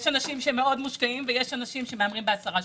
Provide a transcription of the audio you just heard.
יש אנשים שמושקעים מאוד ויש אנשים שמהמרים ב-10 שקלים.